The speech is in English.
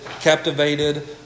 captivated